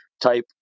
type